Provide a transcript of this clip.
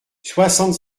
soixante